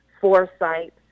foresight